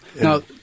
Now